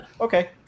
okay